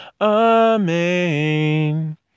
Amen